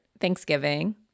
Thanksgiving